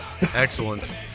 excellent